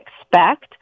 expect